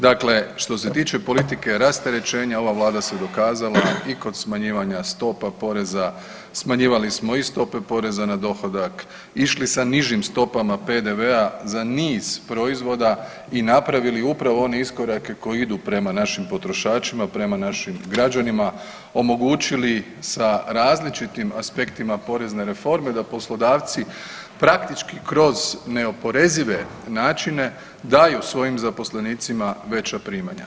Dakle, što se tiče politike rasterećenja ova vlada se dokazala i kod smanjivanja stopa poreza, smanjivali smo i stope poreza na dohodak, išli sa nižim stopama PDV-a za niz proizvoda i napravili upravo one iskorake koji idu prema našim potrošačima, prema našim građanima, omogućili sa različitim aspektima porezne reforme da poslodavci praktički kroz neoporezive načine daju svojim zaposlenicima veća primanja.